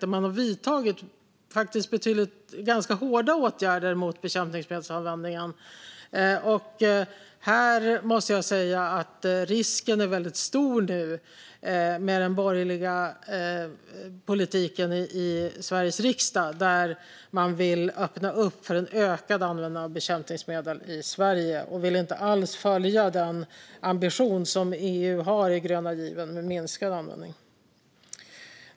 Där har man vidtagit ganska hårda åtgärder mot bekämpningsmedelsanvändningen. Jag måste säga att risken nu är väldigt stor med den borgerliga politiken i Sveriges riksdag, där man vill öppna upp för en ökad användning av bekämpningsmedel i Sverige. Man vill inte alls följa den ambition om minskad användning som EU har i gröna given.